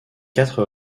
quatre